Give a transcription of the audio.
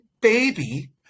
baby